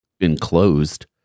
enclosed